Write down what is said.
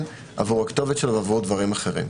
עבור הכתובת שלו ועבור דברים אחרים.